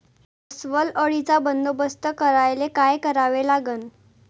अस्वल अळीचा बंदोबस्त करायले काय करावे लागन?